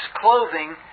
clothing